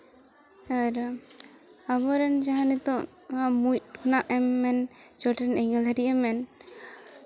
ᱟᱨ ᱟᱵᱚᱨᱮᱱ ᱡᱟᱦᱟᱸ ᱱᱤᱛᱚᱜ ᱢᱩᱸᱡ ᱠᱷᱚᱱᱟᱜ ᱮᱢ ᱢᱮᱱ ᱪᱚᱴ ᱨᱮᱱ ᱮᱸᱜᱮᱞ ᱫᱷᱟᱹᱨᱤᱡ ᱮᱢ ᱢᱮᱱ